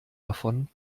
davon